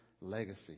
legacy